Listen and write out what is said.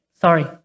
Sorry